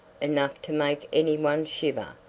enough to make anyone shiver,